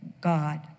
God